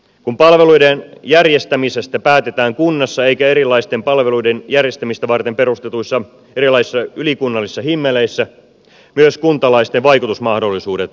kun palveluiden järjestämisestä päätetään kunnassa eikä erilaisten palveluiden järjestämistä varten perustetuissa erilaisissa ylikunnallisissa himmeleissä myös kuntalaisten vaikutusmahdollisuudet paranevat